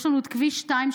יש לנו את כביש 232,